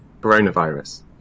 coronavirus